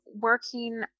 working